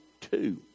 Two